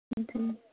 جی